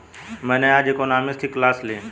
मैंने आज इकोनॉमिक्स की क्लास ली